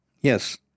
Yes